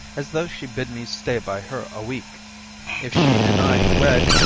as though she bid me stay by her a week if she deny to wed,